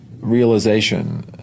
realization